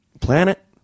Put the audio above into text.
Planet